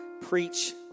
preach